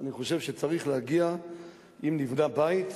אני חושב שאם נבנה בית,